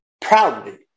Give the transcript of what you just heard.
proudly